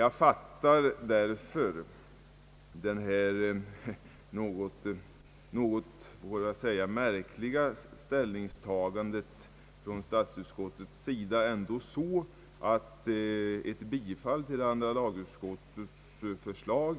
Jag fattar därför detta märkliga ställningstagande från statsutskottets sida så att ett bifall till andra lagutskottets förslag